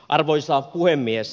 arvoisa puhemies